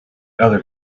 other